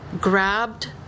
grabbed